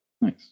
Nice